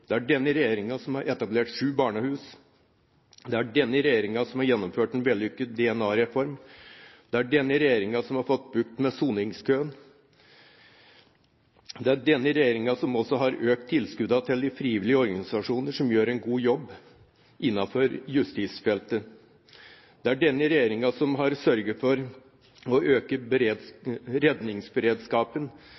Det er denne regjeringen som har etablert sju barnehus. Det er denne regjeringen som har gjennomført en vellykket DNA-reform. Det er denne regjeringen som har fått bukt med soningskøene. Det er denne regjeringen som også har økt tilskuddene til de frivillige organisasjoner som gjør en god jobb innenfor justisfeltet. Det er denne regjeringen som har sørget for å øke